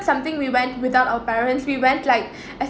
something we went without our parents we went like